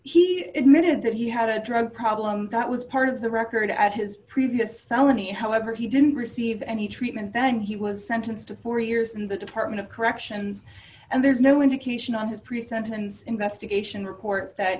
he admitted that he had a drug problem that was part of the record at his previous felony however he didn't receive any treatment then he was sentenced to four years in the department of corrections and there's no indication on his pre sentence investigation report that